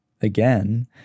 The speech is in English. again